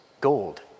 gold